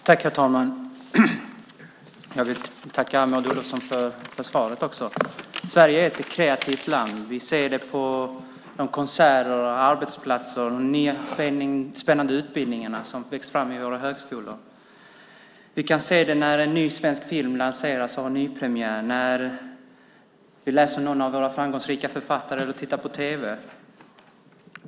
Herr talman! Jag vill tacka Maud Olofsson för svaret. Sverige är ett kreativt land. Vi ser det på konserter, arbetsplatser och nya spännande utbildningar vid våra högskolor. Vi kan se det när en ny svensk film lanseras och har premiär, när vi läser någon av våra framgångsrika författare eller tittar på tv.